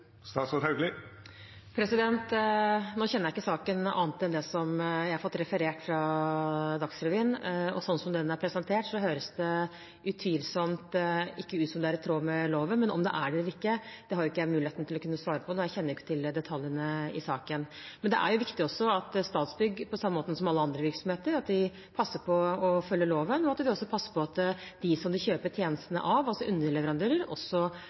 kjenner ikke saken utover det som jeg har fått referert fra Dagsrevyen. Slik den er presentert, høres det utvilsomt ut som det ikke er i tråd med loven, men om det er det eller ikke, har jeg ikke mulighet til å svare på, da jeg ikke kjenner til detaljene i saken. Det er viktig at Statsbygg, på samme måte som alle andre virksomheter, passer på å følge loven, og at de også passer på at de som de kjøper tjenestene av, altså underleverandører,